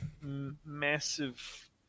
massive